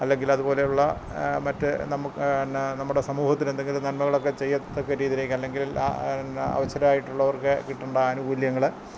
അല്ലെങ്കിൽ അതുപോലെയുള്ള മറ്റ് നമു എന്നാൽ നമ്മുടെ സമൂഹത്തിൽ എന്തെങ്കിലും നന്മകളൊക്കെ ചെയ്യത്തക്ക രീതിയിലേക്ക് അല്ലെങ്കിൽ ആ അവസരമായിട്ടുള്ളവർക്കു കിട്ടേണ്ട ആനുകൂല്യങ്ങൾ